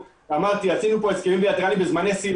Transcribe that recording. אמרתי, עשינו כאן הסכמים בילטרליים בזמני שיא.